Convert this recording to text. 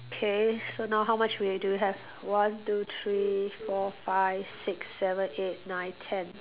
okay so now how much we do we have one two three four five six seven eight nine ten